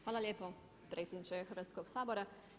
Hvala lijepo predsjedniče Hrvatskoga sabora.